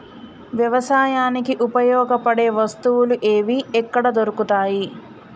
వ్యవసాయానికి ఉపయోగపడే వస్తువులు ఏవి ఎక్కడ దొరుకుతాయి?